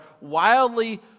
wildly